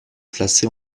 placés